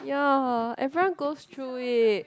ya everyone goes through it